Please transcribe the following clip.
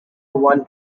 one